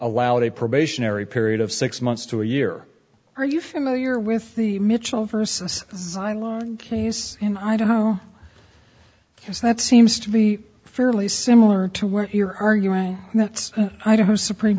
allowed a probationary period of six months to a year are you familiar with the mitchell versus sinulog case in idaho yes that seems to be fairly similar to what you're arguing that's idaho's supreme